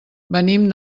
venim